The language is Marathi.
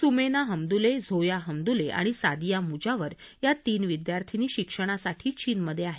सुमेना हमदुले झोया हमदुले आणि सादिया मुजावर या तीन विद्यार्थिनी शिक्षणासाठी चीनमध्ये आहेत